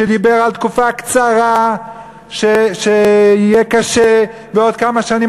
שדיבר על תקופה קצרה שיהיה קשה ושבעוד כמה שנים